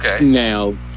now